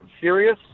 serious